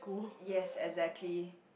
yes exactly